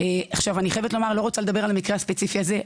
אני לא רוצה לדבר על המקרה הספציפי הזה,